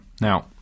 Now